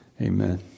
Amen